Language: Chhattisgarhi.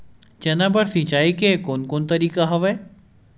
चना बर सिंचाई के कोन कोन तरीका हवय?